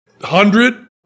hundred